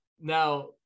Now